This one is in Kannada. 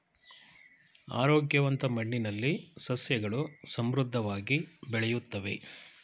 ಆರೋಗ್ಯವಂತ ಮಣ್ಣಿನಲ್ಲಿ ಸಸ್ಯಗಳು ಸಮೃದ್ಧವಾಗಿ ಬೆಳೆಯುತ್ತವೆ